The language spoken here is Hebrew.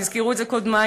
והזכירו את זה קודמי,